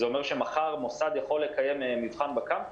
זה אומר שמחר מוסד יכול לקיים מבחן בקמפוס?